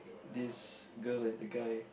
this girl and the guy